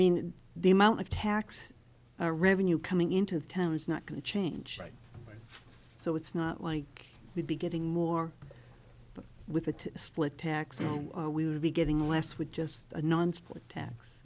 mean the amount of tax revenue coming into the town is not going to change so it's not like we'd be getting more but with a split tax we would be getting less with just a non split tax